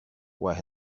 where